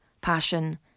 passion